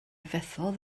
fethodd